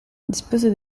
dispose